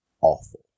awful